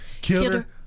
Killer